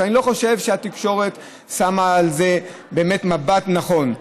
ואני לא חושב שהתקשורת שמה על זה מבט נכון,